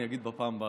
אני אגיד בפעם הבאה.